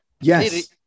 Yes